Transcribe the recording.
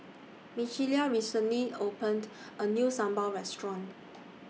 Michaela recently opened A New Sambal Restaurant